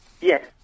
Yes